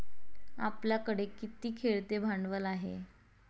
आपल्याकडे किती खेळते भांडवल आहे?